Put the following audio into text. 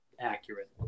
accurate